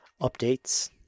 Updates